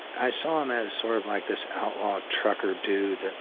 i saw him as sort of like this outlaw trucker dude,